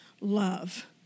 love